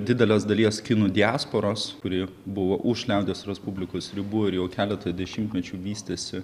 didelės dalies kinų diasporos kuri buvo už liaudies respublikos ribų ir jau keletą dešimtmečių vystėsi